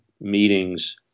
meetings